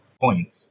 points